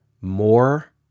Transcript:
more